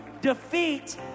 defeat